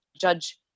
Judge